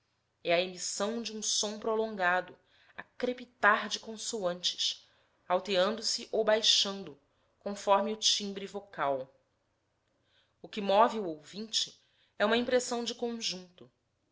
é a emissão de um som prolongado a crepitar de consoantes alteando se ou baixando conforme o timbre vogal o que move o ouvinte é uma impressão de conjunto